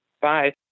Bye